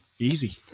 Easy